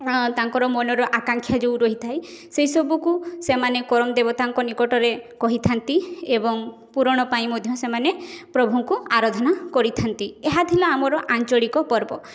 ତାଙ୍କର ମନର ଆକାଂକ୍ଷା ଯେଉଁ ରହିଥାଏ ସେଇସବୁକୁ ସେମାନେ କରମ ଦେବତାଙ୍କ ନିକଟରେ କହିଥାନ୍ତି ଏବଂ ପୂରଣ ପାଇଁ ମାନେ ମଧ୍ୟ ସେମାନେ ପ୍ରଭୁଙ୍କୁ ଆରାଧନା କରିଥାନ୍ତି ଏହା ହେଲା ଆମ ଆଞ୍ଚଳିକ ପର୍ବ